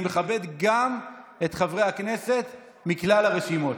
אני מכבד גם את חברי הכנסת מכלל הרשימות.